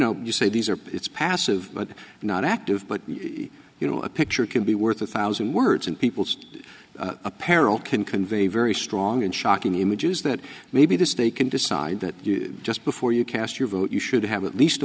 know you say these are pits passive but not active but if you know a picture can be worth a thousand words in people's apparel can convey very strong and shocking images that maybe the state can decide that just before you cast your vote you should have at least a